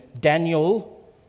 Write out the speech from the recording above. Daniel